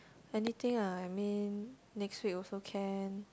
anything ah I mean next week also can